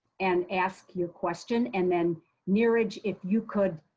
and ask your question and then neeraj, if you could